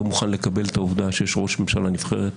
לא מוכן לקבל את העובדה שיש ראש ממשלה נבחרת,